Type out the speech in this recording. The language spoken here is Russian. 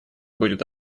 будет